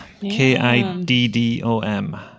K-I-D-D-O-M